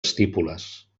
estípules